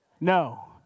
No